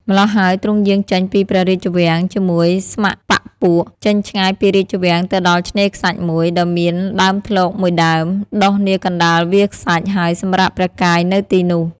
ម្ល៉ោះហើយ ទ្រង់យាងចេញពីព្រះរាជវាំងជាមួយស្ម័គ្របក្សពួក ចេញឆ្ងាយពីរាជវាំងទៅដល់ឆ្នេរខ្សាច់មួយ ដ៏មានដើមធ្លកមួយដើម ដុះនាកណ្តាលវាលខ្សាច់ ហើយសម្រាកព្រះកាយនៅទីនោះ ។